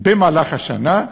במהלך השנה.